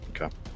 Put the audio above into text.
Okay